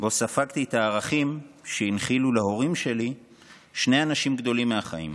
שבו ספגתי את הערכים שהנחילו להורים שלי שני אנשים גדולים מהחיים: